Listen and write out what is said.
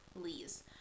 please